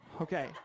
Okay